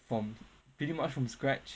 from pretty much from scratch